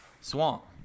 swamp